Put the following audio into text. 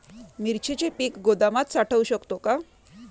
मिरचीचे पीक गोदामात साठवू शकतो का?